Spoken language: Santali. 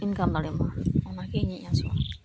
ᱤᱱᱠᱟᱢ ᱫᱟᱲᱮᱜ ᱢᱟ ᱚᱱᱟᱜᱮ ᱤᱧᱤᱧ ᱟᱥᱚᱜᱼᱟ